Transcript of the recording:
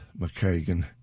McKagan